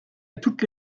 toutes